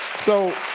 so,